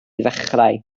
ddechrau